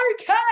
okay